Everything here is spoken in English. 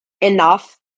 enough